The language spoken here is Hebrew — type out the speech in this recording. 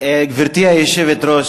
גברתי היושבת-ראש,